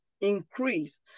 increase